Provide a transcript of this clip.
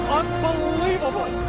unbelievable